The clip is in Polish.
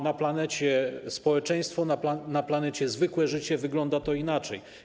Na planecie: społeczeństwo, na planecie: zwykłe życie wygląda to inaczej.